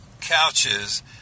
couches